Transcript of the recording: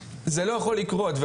זה לא יכול לקרות.